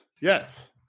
Yes